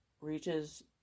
reaches